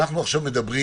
אנחנו עכשיו מדברים